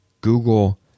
Google